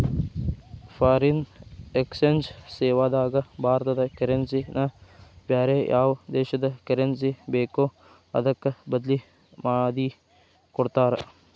foreign exchange ಸೇವಾದಾಗ ಭಾರತದ currency ನ ಬ್ಯಾರೆ ಯಾವ್ ದೇಶದ್ ಕರೆನ್ಸಿ ಬೇಕೊ ಅದಕ್ಕ ಬದ್ಲಿಮಾದಿಕೊಡ್ತಾರ್